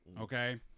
Okay